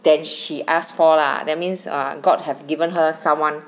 then she asked for lah that means a god have given her someone